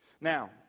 Now